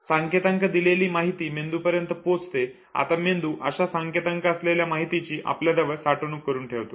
संकेतांक दिलेली माहिती मेंदू पर्यंत पोहोचते आता मेंदू अशा संकेतांक असलेल्या माहितीची आपल्याजवळ साठवणूक करून ठेवतो